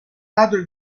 ladro